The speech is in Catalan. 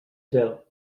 gel